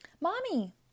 Mommy